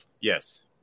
Yes